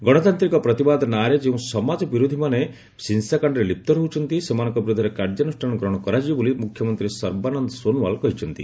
ଗଣତାନ୍ତ୍ରିକ ପ୍ରତିବାଦ ନାଁରେ ଯେଉଁ ସମାଜବିରୋଧୀମାନେ ହିଂସାକାଣ୍ଡରେ ଲିପ୍ତ ରହୁଛନ୍ତି ସେମାନଙ୍କ ବିରୋଧରେ କାର୍ଯ୍ୟାନୁଷାନ ଗ୍ରହଣ କରାଯିବ ବୋଲି ମୁଖ୍ୟମନ୍ତ୍ରୀ ସର୍ବାନନ୍ଦ ସୋନୱାଲ କହିଛନ୍ତି